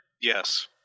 Yes